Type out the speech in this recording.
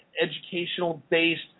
educational-based